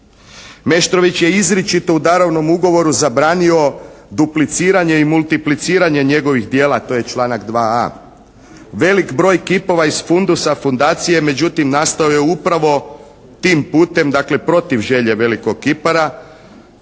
Meštrović je izričito u darovnom ugovoru zabranio dupliciranje i multipliciranje njegovih djela, to je članak 2a. Velik broj kipova iz fundusa fundacije međutim nastao je upravo tim putem, dakle protiv želje velikog kipara